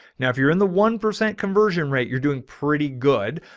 now, if you're in the one percent conversion rate you're doing pretty good,